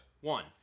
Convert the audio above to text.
One